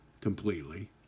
completely